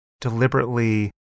deliberately